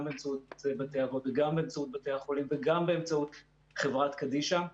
באמצעות בתי האבות וגם באמצעות בתי החולים וגם חברת קדישא,